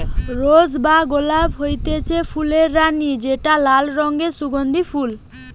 rose বা গোলাপ হতিছে ফুলের রানী যেটা লাল রঙের সুগন্ধিও ফুল